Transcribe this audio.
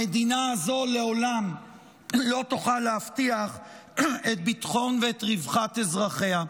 המדינה הזו לעולם לא תוכל להבטיח את ביטחון ואת רווחת אזרחיה.